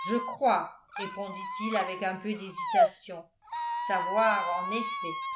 je crois répondit-il avec un peu d'hésitation savoir en effet